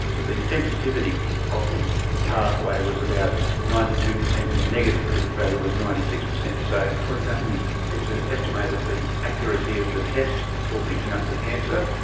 the the sensitivity of the pathway was about ninety two percent, and the negative predicted value was ninety six percent. so what does that mean? it's ah an estimate of the accuracy of the test for picking up the cancer.